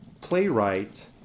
playwright